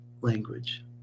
language